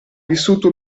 vissuto